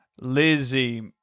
Lizzie